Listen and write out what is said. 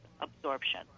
absorption